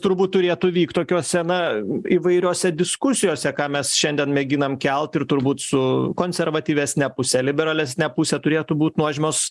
turbūt turėtų vykt tokiose na įvairiose diskusijose ką mes šiandien mėginam kelt ir turbūt su konservatyvesne puse liberalesne puse turėtų būt nuožmios